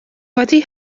wedi